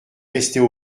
restait